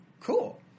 Cool